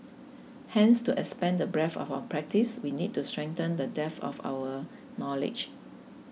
hence to expand the breadth of our practice we need to strengthen the depth of our knowledge